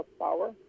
power